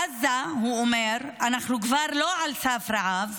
בעזה, הוא אומר, אנחנו כבר לא על סף רעב,